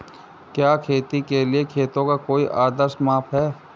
क्या खेती के लिए खेतों का कोई आदर्श माप है?